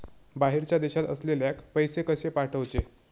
बाहेरच्या देशात असलेल्याक पैसे कसे पाठवचे?